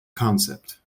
concept